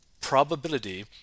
probability